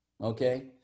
okay